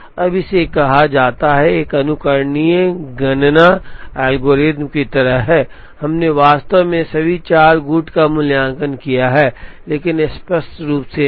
अब इसे कहा जाता है एक अनुकरणीय गणना एल्गोरिथ्म की तरह है हमने वास्तव में सभी चार गुट का मूल्यांकन किया है लेकिन स्पष्ट रूप से नहीं